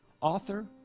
author